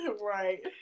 right